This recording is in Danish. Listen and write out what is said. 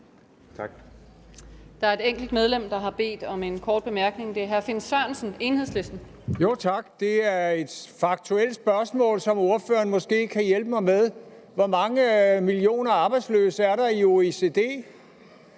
Hvor mange millioner arbejdsløse er der i OECD?